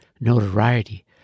notoriety